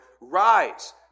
rise